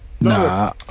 Nah